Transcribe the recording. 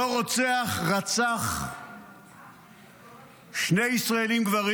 אותו רוצח רצח שני ישראלים גברים